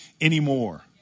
anymore